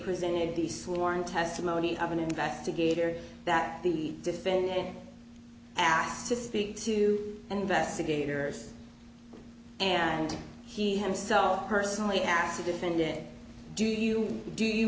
presented these sworn testimony of an investigator that he defended asked to speak to investigators and he himself personally asked to defend it do you do you